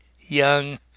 young